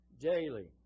daily